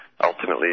ultimately